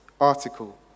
article